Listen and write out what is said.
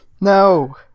No